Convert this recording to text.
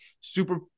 Super